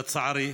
לצערי.